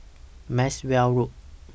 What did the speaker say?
Maxwell Road